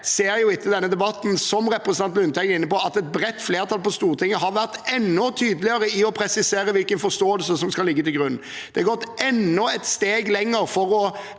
ser etter denne debatten, som representanten Lundteigen er inne på, at et bredt flertall på Stortinget har vært enda tydeligere i å presisere hvilken forståelse som skal ligge til grunn. Det har gått enda et steg lenger, for